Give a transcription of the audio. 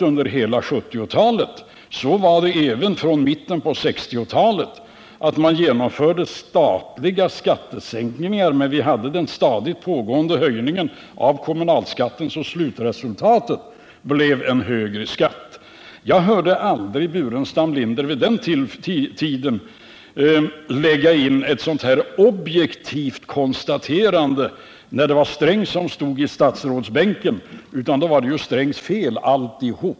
Under hela 1970-talet och ända sedan mitten av 1960-talet genomfördes statliga skattesänkningar, medan det var en stadigt pågående höjning av kommunalskatterna. Slutresultatet blev därför en högre totalskatt. Jag hörde vid den tiden aldrig Staffan Burenstam Linder lägga in samma objektiva konstaterande som nu. När Sträng stod i statsrådsbänken, då var allt hans fel.